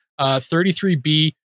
33B